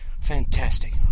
fantastic